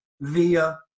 via